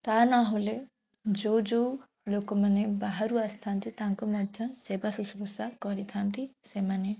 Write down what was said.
ତା' ନହେଲେ ଯେଉଁ ଯେଉଁ ଲୋକମାନେ ବାହାରୁ ଆସିଥାନ୍ତି ତାଙ୍କୁ ମଧ୍ୟ ସେବା ଶୁଶ୍ରୂଷା କରିଥାନ୍ତି ସେମାନେ